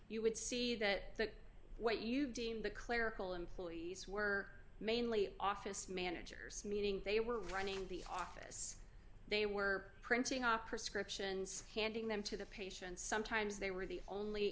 you would see that what you deem the clerical employees were mainly office managers meaning they were running the office they were printing up prescriptions handing them to the patients sometimes they were the only